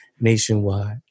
nationwide